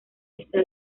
está